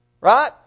Right